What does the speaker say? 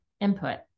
input